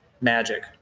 magic